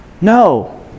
No